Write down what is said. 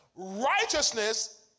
Righteousness